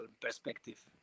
perspective